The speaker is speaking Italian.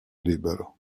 libero